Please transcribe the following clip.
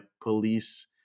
police